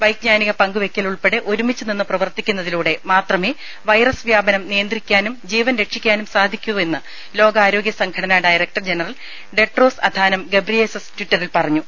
വൈജ്ഞാനിക പങ്കുവെയ്ക്കൽ ഉൾപ്പെടെ ഒരുമിച്ചു നിന്ന് പ്രവർത്തിക്കുന്നതിലൂടെ മാത്രമേ വൈറസ് വ്യാപനം നിയന്ത്രിക്കാനും ജീവൻ രക്ഷിക്കാനും സാധിക്കൂവെന്ന് ലോകാരോഗ്യ സംഘടന director general Tedros Adhanom Ghebreyesus ട്വിറ്ററിൽ പറഞ്ഞു